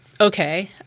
okay